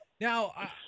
now